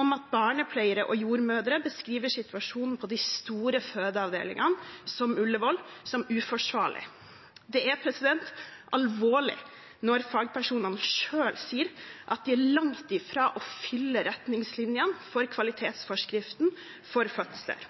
om at barnepleiere og jordmødre beskriver situasjonen på de store fødeavdelingene, som Ullevål, som uforsvarlig. Det er alvorlig når fagpersoner selv sier at de er langt fra å fylle retningslinjene i kvalitetsforskriften for fødsler.